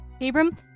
Abram